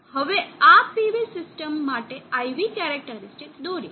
હવે આ PV system માટે IV કેરેકટરીસ્ટીક દોરીએ